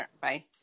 Bye